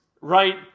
right